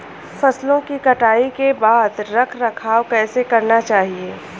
फसलों की कटाई के बाद रख रखाव कैसे करना चाहिये?